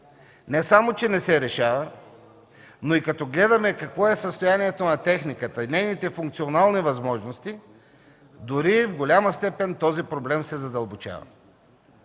не само че не се решава, но като гледаме състоянието на икономиката, нейните функционални възможности, до голяма степен той дори се задълбочава.